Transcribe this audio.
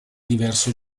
diverso